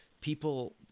people